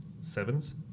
sevens